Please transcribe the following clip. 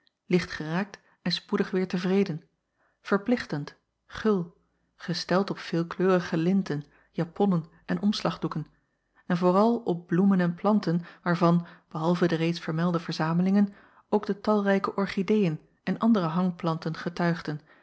lichtgeraakt en spoedig weêr tevreden verplichtend gul gesteld op veelkleurige linten japonnen en omslagdoeken en vooral op bloemen en planten waarvan behalve de reeds vermelde verzamelingen ook de talrijke orchideën en andere hangplanten getuigden